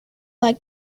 like